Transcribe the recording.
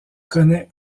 connaît